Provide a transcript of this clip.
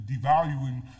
devaluing